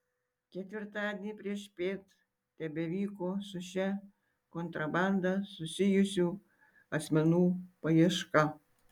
ketvirtadienį priešpiet tebevyko su šia kontrabanda susijusių asmenų paieška